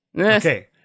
okay